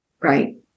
Right